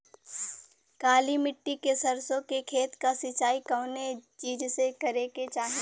काली मिट्टी के सरसों के खेत क सिंचाई कवने चीज़से करेके चाही?